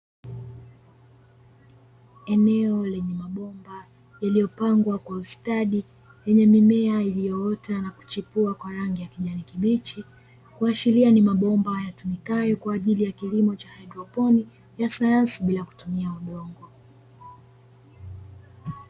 Eneo lenye mabomba yaliyopangwa kwa ustadi yenye mimea iliyoota na kuchipua kwa rangi ya kijani kibichi, kuashiria ni mabomba yatumikayo kwa ajili ya kilimo cha haidroponi cha sayansi bila kutumia udongo.